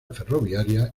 ferroviaria